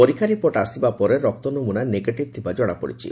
ପରୀକ୍ଷା ରିପୋର୍ଟ ଆସିବା ପରେ ରକ୍ତ ନମୁନା ନେଗେଟିଭ୍ ଥିବା ଜଶାପଡ଼ିଛି